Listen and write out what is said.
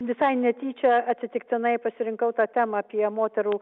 visai netyčia atsitiktinai pasirinkau tą temą apie moterų